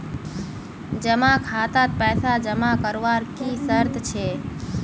जमा खातात पैसा जमा करवार की शर्त छे?